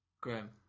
Graham